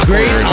Great